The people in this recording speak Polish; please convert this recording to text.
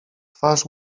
twarz